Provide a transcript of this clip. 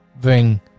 bring